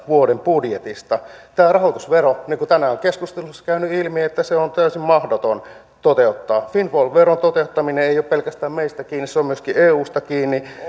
vuoden kaksituhattakuusitoista budjetista tämä rahoitusvero niin kuin tänään on keskustelussa käynyt ilmi on täysin mahdoton toteuttaa windfall veron toteuttaminen ei ole pelkästään meistä kiinni se on myöskin eusta kiinni